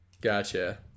gotcha